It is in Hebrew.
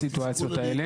בסיטואציות האלה.